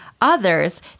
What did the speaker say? others